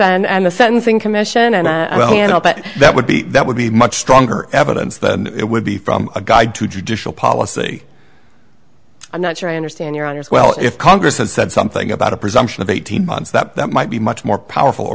congress and the sentencing commission and well you know but that would be that would be much stronger evidence that it would be from a guide to judicial policy i'm not sure i understand your honour's well if congress had said something about a presumption of eighteen months that that might be much more powerful or